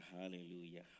Hallelujah